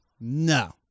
No